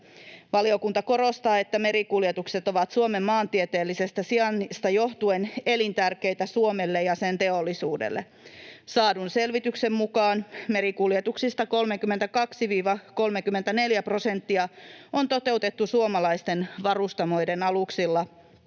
Valiokunta korostaa, että merikuljetukset ovat Suomen maantieteellisestä sijainnista johtuen elintärkeitä Suomelle ja sen teollisuudelle. Saadun selvityksen mukaan merikuljetuksista 32—34 prosenttia on toteutettu suomalaisten varustamoiden aluksilla